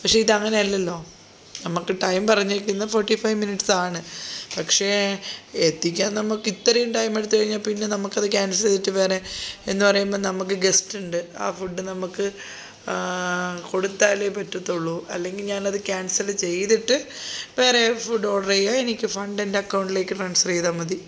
പക്ഷേ ഇത് അങ്ങനെ അല്ലല്ലോ നമുക്ക് ടൈം പറഞ്ഞിരിക്കുന്നത് ഫോർട്ടി ഫൈവ് മിനിട്ട്സ് ആണ് പക്ഷേ എത്തിക്കാൻ നമുക്ക് ഇത്രയും ടൈം എടുത്ത് കഴിഞ്ഞാൽ പിന്നെ നമുക്ക് അത് കാൻസൽ ചെയ്തിട്ട് വേറെ എന്ന് പറയുമ്പം നമുക്ക് ഗസ്റ്റ് ഉണ്ട് ആ ഫുഡ് നമുക്ക് കൊടുത്താലേ പറ്റുള്ളൂ അല്ലെങ്കിൽ ഞാൻ അത് ക്യാൻസൽ ചെയ്തിട്ട് വേറെ ഫുഡ് ഓർഡർ ചെയ്യാം എനിക്ക് ഫണ്ട് എൻ്റെ അക്കൗണ്ടിലേക്ക് ട്രാൻസ്ഫർ ചെയ്താൽ മതി